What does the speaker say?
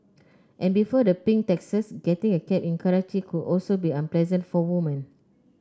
and before the pink taxis getting a cab in Karachi could also be unpleasant for women